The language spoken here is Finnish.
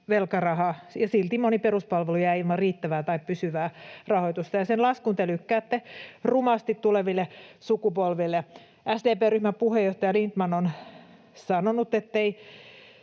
ja silti moni peruspalvelu jää ilman riittävää tai pysyvää rahoitusta, ja sen laskun te lykkäätte rumasti tuleville sukupolville. SDP:n ryhmän puheenjohtaja Lindtman on sanonut,